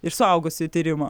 iš suaugusiųjų tyrimo